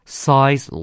size